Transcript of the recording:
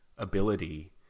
ability